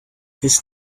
his